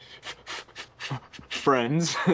friends